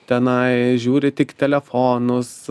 tenai žiūri tik telefonus